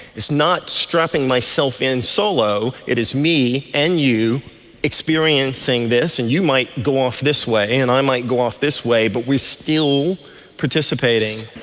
it's not strapping myself in solo, it is me and you experiencing this, and you might go off this way and i might go off this way, but we are still participating.